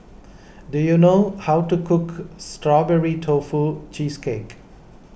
do you know how to cook Strawberry Tofu Cheesecake